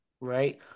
right